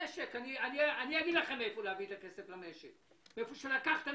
אני אגיד לכם מאיפה להביא את הכסף למשק - מאיפה שלקחתם